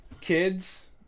kids